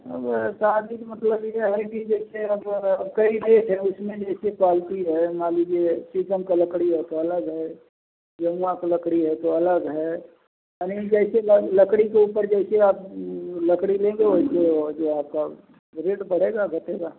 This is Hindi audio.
अब यह चार दिन मतलब यह है कि जैसे अब कई रेट हैं उसमें जैसे क्वालिटी है मान लीजिए शीशम की लकड़ी है तो अलग है जमुआ की लकड़ी है तो अलग है यानी जैसे लकड़ी के ऊपर जैसे आप लकड़ी लेंगे वैसे वह जो आपका रेट बढ़ेगा घटेगा